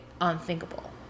unthinkable